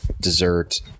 dessert